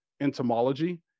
entomology